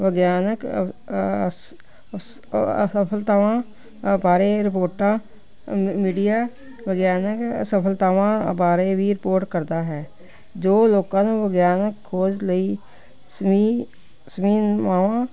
ਵਿਗਿਆਨਕ ਅਸਫਲਤਾਵਾਂ ਬਾਰੇ ਰਿਪੋਰਟਾਂ ਮ ਮੀਡੀਆ ਵਿਗਿਆਨਿਕ ਅਸਫਲਤਾਵਾਂ ਬਾਰੇ ਵੀ ਰਿਪੋਰਟ ਕਰਦਾ ਹੈ ਜੋ ਲੋਕਾਂ ਦਾ ਵਿਗਿਆਨਕ ਖੋਜ ਲਈ ਸਵੀਨ ਸਮੀਨਾਵਾਂ